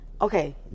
Okay